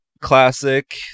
classic